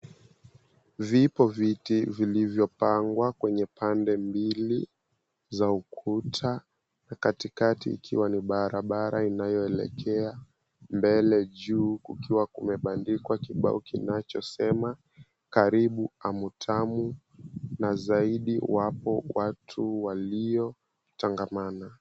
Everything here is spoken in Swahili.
Vipo viti vilivyopangwa kwenye pande mbili za ukuta katikati ikiwa ni barabara inayoelekea, mbele juu kukiwa kumebandikwa kibao kinachosema, Karibu Hamu Tamu na zaidi wapo watu waliotangamana.